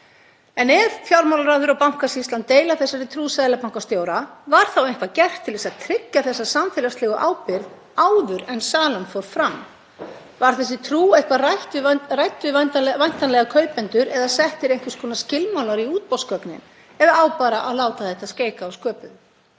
En ef fjármálaráðherra og Bankasýslan deila þessari trú seðlabankastjóra, var eitthvað gert til þess að tryggja þessa samfélagslegu ábyrgð áður en salan fór fram? Var þessi trú eitthvað rædd við væntanlega kaupendur eða settir einhvers konar skilmálar í útboðsgögnin? Eða á bara að láta skeika að sköpuðu?